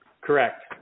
Correct